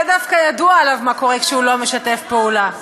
זה דווקא ידוע עליו, מה קורה כשהוא לא משתף פעולה.